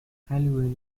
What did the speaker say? halliwell